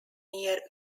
near